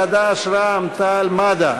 חד"ש ורע"ם-תע"ל-מד"ע,